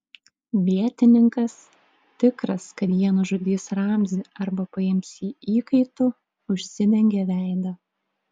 vietininkas tikras kad jie nužudys ramzį arba paims jį įkaitu užsidengė veidą